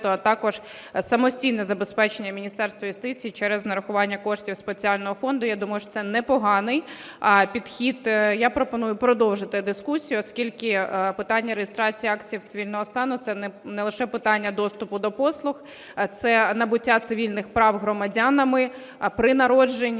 а також самостійне забезпечення Міністерства юстиції через нарахування коштів спеціального фонду. Я думаю, що це непоганий підхід. Я пропоную продовжити дискусію, оскільки питання реєстрації актів цивільного стану – це не лише питання доступу до послуг, це набуття цивільних прав громадянами при народженні,